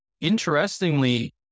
interestingly